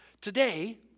Today